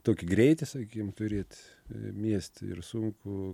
tokį greitį sakykim turėt mieste yra sunku